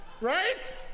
right